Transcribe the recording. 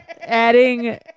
adding